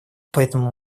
поэтому